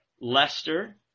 Leicester